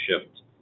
shift